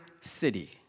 city